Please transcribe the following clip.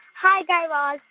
hi, guy raz.